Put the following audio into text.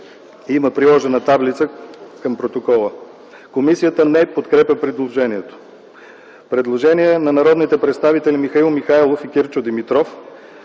(приложена таблица към протокола). Комисията не подкрепя предложението. Предложение на народните представители Михаил Михайлов и Кирчо Димитров: